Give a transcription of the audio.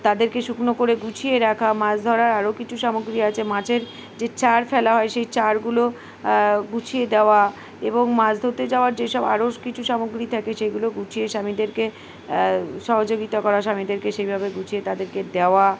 তাদেরকে শুকনো করে গুছিয়ে রাখা মাছ ধরার আরও কিছু সামগ্রী আছে মাছের যে চার ফেলা হয় সেই চারগুলো গুছিয়ে দেওয়া এবং মাছ ধরতে যাওয়ার যেসব আরও কিছু সামগ্রী থাকে সেইগুলো গুছিয়ে স্বামীদেরকে সহযোগিতা করা স্বামীদেরকে সেইভাবে গুছিয়ে তাদেরকে দেওয়া